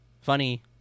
funny